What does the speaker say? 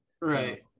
right